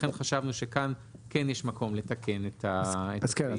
לכן חשבנו שכאן כן יש מקום לתקן את הסעיף.